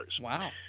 Wow